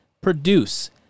produce